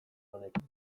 honekin